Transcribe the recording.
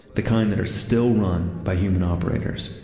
the kind that are still run by human operators.